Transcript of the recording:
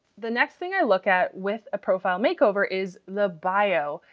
the next thing i look at with a profile makeover is the bio.